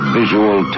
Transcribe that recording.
visual